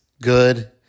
good